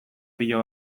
pilo